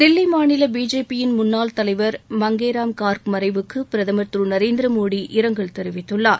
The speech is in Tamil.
தில்லி மாநில பிஜேபியின் முன்னாள் தலைவர் மங்கேராம் கார்க் மறைவுக்கு பிரதமர் திரு நரேந்திரமோடி இரங்கல் தெரிவித்துள்ளார்